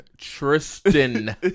Tristan